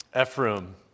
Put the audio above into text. Ephraim